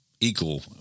equal